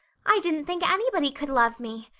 i didn't think anybody could love me.